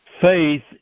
Faith